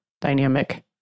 dynamic